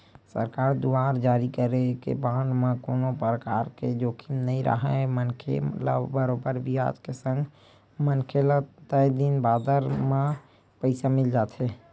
सरकार दुवार जारी करे गे बांड म कोनो परकार के जोखिम नइ राहय मनखे ल बरोबर बियाज के संग मनखे ल तय दिन बादर म पइसा मिल जाथे